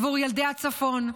עבור ילדי הצפון,